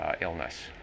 illness